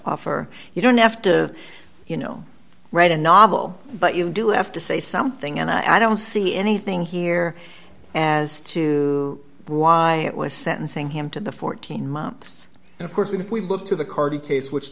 offer you don't have to you know write a novel but you do have to say something and i don't see anything here as to why it was sentencing him to the fourteen month and of course if we look to the cardy case which